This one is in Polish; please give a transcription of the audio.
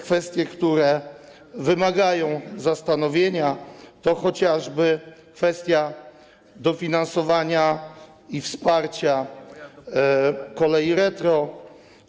Kwestie, które wymagają zastanowienia, to chociażby kwestie dofinansowania i wsparcia kolei retro.